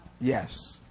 Yes